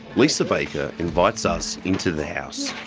lisa baker invites us into the house.